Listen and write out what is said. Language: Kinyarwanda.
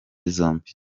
zombi